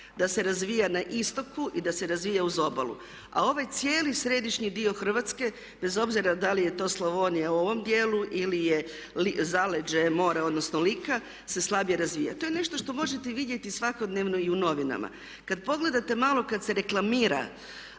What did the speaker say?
da se razvija na istoku i da se razvija uz obalu. A ovaj cijeli središnji dio Hrvatske bez obzira da li je to Slavonija u ovom dijelu ili je zaleđe mora, odnosno Lika se slabije razvija. To je nešto što možete vidjeti svakodnevno i u novinama. Kad pogledate malo kad se reklamira